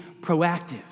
proactive